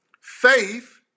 Faith